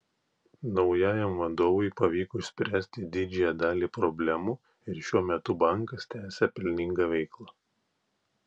naujajam vadovui pavyko išspręsti didžiąją dalį problemų ir šiuo metu bankas tęsią pelningą veiklą